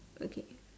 okay